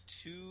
two